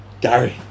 Gary